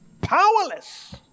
Powerless